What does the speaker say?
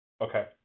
Okay